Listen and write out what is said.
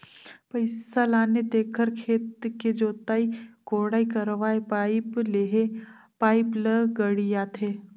पइसा लाने तेखर खेत के जोताई कोड़ाई करवायें पाइप लेहे पाइप ल गड़ियाथे